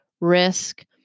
risk